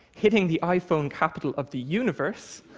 hitting the iphone capital of the universe